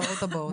הבאות הבאות.